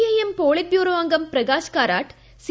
IM politburo അംഗം പ്രകാശ് ക്ട്രിട്ട് C